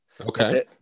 Okay